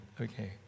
Okay